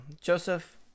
Joseph